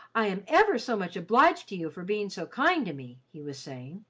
i'm ever so much obliged to you for being so kind to me! he was saying